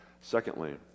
Secondly